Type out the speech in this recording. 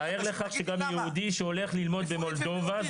תאר לך שגם יהודי שהולך ללמוד במולדובה,